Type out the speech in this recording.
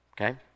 okay